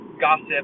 gossip